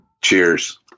Cheers